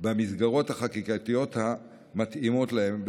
במסגרות החקיקתיות המתאימות להם,